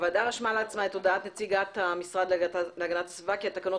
הוועדה רשמה לעצמה את הודעת נציגת המשרד להגנת הסביבה כי התקנות